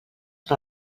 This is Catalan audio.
per